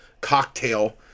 cocktail